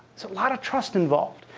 lot of trust involved.